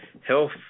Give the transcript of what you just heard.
health